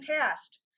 past